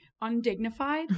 undignified